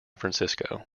francisco